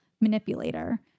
manipulator